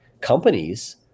companies